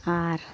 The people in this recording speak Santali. ᱟᱨ